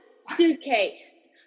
suitcase